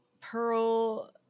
Pearl